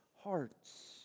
hearts